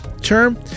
term